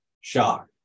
shock